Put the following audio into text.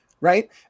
right